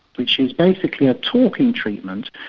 which is basically a talking treatment,